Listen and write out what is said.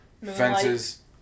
Fences